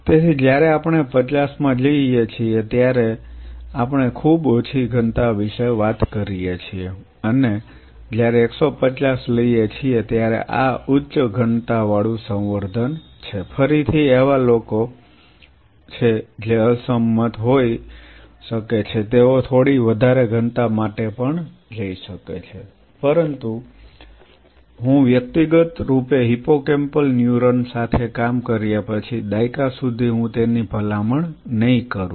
તેથી જ્યારે આપણે 50 મા જઈએ છીએ ત્યારે આપણે ખૂબ ઓછી ઘનતા વિશે વાત કરીએ છીએ અને જયારે 150 લઈએ છીએ ત્યારે આ ઉચ્ચ ઘનતાવાળું સંવર્ધન છે ફરીથી એવા લોકો છે જે અસંમત હોઈ શકે છે તેઓ થોડી વધારે ઘનતા માટે પણ જઈ શકે છે પરંતુ હું વ્યક્તિગત રૂપે હિપ્પોકેમ્પલ ન્યુરોન સાથે કામ કર્યા પછી દાયકા સુધી હું તેની ભલામણ નહીં કરું